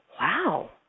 wow